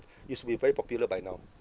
you should be very popular by now